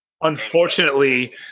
Unfortunately